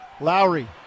lowry